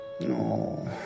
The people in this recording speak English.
No